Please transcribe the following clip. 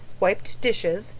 wiped dishes,